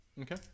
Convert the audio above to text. Okay